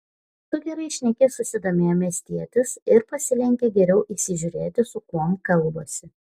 tu gerai šneki susidomėjo miestietis ir pasilenkė geriau įsižiūrėti su kuom kalbasi